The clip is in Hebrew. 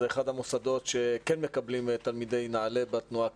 זה אחד המוסדות שכן מקבלים תלמידי נעל"ה בתנועה הקיבוצית,